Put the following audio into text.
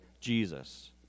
Jesus